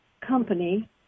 company